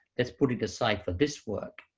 let's put it aside for this work,